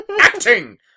acting